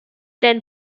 then